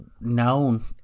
known